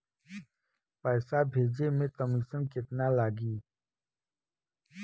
पैसा भेजे में कमिशन केतना लागि?